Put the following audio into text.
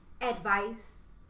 advice